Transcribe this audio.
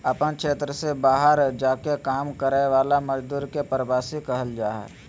अपन क्षेत्र से बहार जा के काम कराय वाला मजदुर के प्रवासी कहल जा हइ